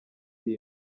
iri